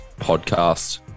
podcast